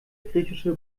griechische